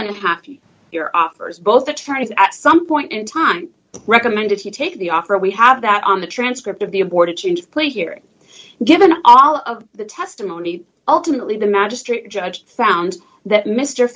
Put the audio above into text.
unhappy your offers both attorneys at some point in time recommend if you take the offer we have that on the transcript of the aborted change play here given all of the testimony ultimately the magistrate judge found that mr